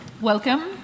welcome